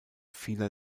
vieler